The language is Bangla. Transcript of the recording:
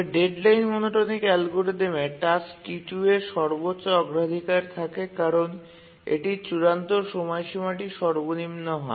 তবে ডেডলাইন মনোটোনিক অ্যালগরিদমে টাস্ক T2 এর সর্বোচ্চ অগ্রাধিকার থাকে কারণ এটির চূড়ান্ত সময়সীমাটি সর্বনিম্ন হয়